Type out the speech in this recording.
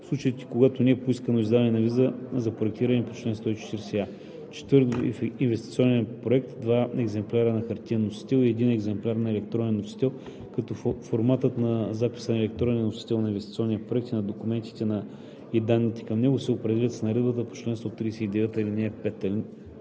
в случаите, когато не е поискано издаване на виза за проектиране по чл. 140а; 4. инвестиционен проект – два екземпляра на хартиен носител и един екземпляр на електронен носител, като форматът на записа на електронния носител на инвестиционния проект и на документите и данните към него се определят с наредбата по чл. 139, ал. 5; 5.